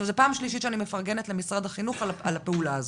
זו פעם שלישית שאני מפרגנת למשרד החינוך על הפעולה הזאת,